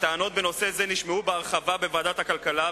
הטענות בנושא זה נשמעו בהרחבה בוועדת הכלכלה,